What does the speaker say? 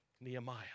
Nehemiah